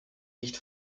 nicht